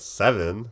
seven